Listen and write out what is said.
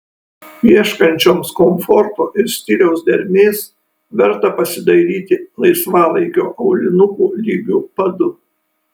ieškančioms komforto ir stiliaus dermės verta pasidairyti laisvalaikio aulinukų lygiu padu